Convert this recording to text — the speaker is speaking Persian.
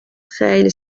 خیلی